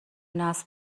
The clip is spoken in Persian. نصب